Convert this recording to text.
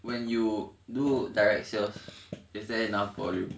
when you do direct sales is there enough volume